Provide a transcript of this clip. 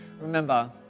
Remember